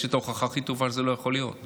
יש את ההוכחה הכי טובה שזה לא יכול להיות.